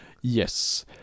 yes